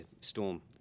Storm